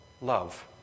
love